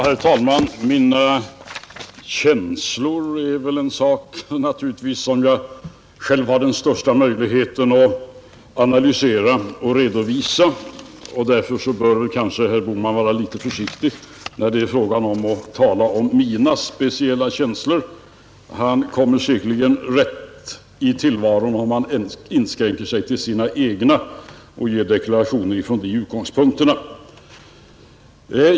Herr talman! Mina känslor är väl en sak som jag själv har den största möjligheten att analysera och redovisa, och därför bör kanske herr Bohman vara litet försiktig när han talar om mina känslor. Han kommer säkerligen rätt i tillvaron om han inskränker sig till sina egna och avger sina deklarationer från de utgångspunkterna.